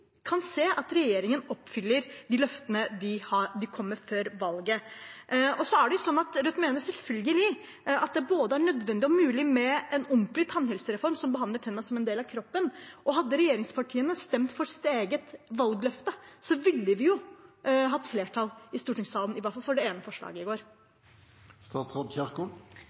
løftene de kom med før valget. Rødt mener selvfølgelig at det er både nødvendig og mulig med en ordentlig tannhelsereform som behandler tennene som en del av kroppen. Hadde regjeringspartiene stemt for sitt eget valgløfte, ville vi hatt flertall i stortingssalen, i hvert fall for det ene forslaget i